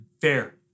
Fair